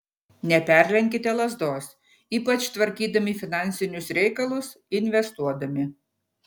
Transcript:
neperlenkite lazdos ypač tvarkydami finansinius reikalus investuodami